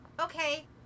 okay